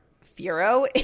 Furo